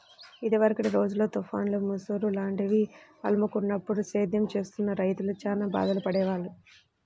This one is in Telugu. ఇదివరకటి రోజుల్లో తుఫాన్లు, ముసురు లాంటివి అలుముకున్నప్పుడు సేద్యం చేస్తున్న రైతులు చానా బాధలు పడేవాళ్ళు